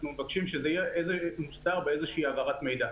אנחנו מבקשים שזה יהיה מוסדר באיזושהי העברת מידע.